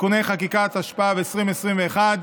(תיקוני חקיקה), התשפ"ב 2021,